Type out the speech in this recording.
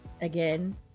Again